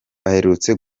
baherutse